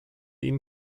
ihnen